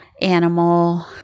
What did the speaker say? animal